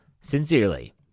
Sincerely